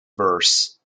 verse